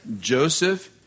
Joseph